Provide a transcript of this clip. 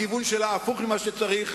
הכיוון שלה הפוך ממה שצריך.